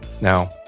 Now